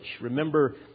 Remember